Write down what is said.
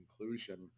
inclusion